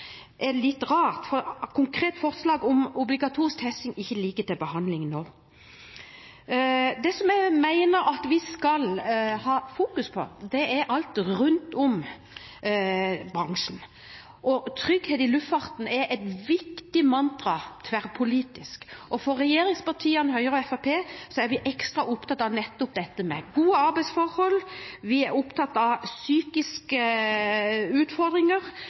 er litt rart, for et konkret forslag om obligatorisk testing ligger ikke til behandling nå. Det jeg mener at vi skal ha fokus på, er alt rundt bransjen. Trygghet i luftfarten er et viktig mantra tverrpolitisk, og regjeringspartiene, Høyre og Fremskrittspartiet, er ekstra opptatt av nettopp dette med gode arbeidsforhold. Vi er opptatt av psykiske utfordringer,